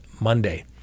Monday